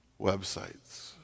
websites